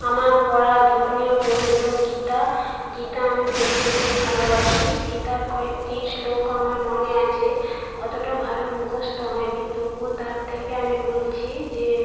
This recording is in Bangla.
আমার পড়া ধর্মীয় বই হলো গীতা গীতা আমি পড়তে খুব ভালোবাসি গীতার কয়েকটি শ্লোক আমার মনে আছে অতটা ভালো মুখস্থ হয়নি তবুও তার থেকে আমি বলছি যে